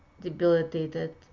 debilitated